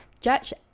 Judge